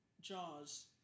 JAWS